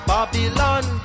Babylon